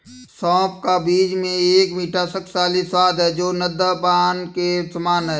सौंफ का बीज में एक मीठा, शक्तिशाली स्वाद है जो नद्यपान के समान है